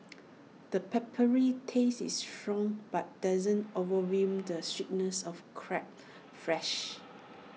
the peppery taste is strong but doesn't overwhelm the sweetness of crab's flesh